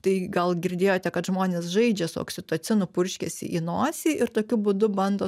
tai gal girdėjote kad žmonės žaidžia su oksitocinu purškiasi į nosį ir tokiu būdu bando